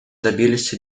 добились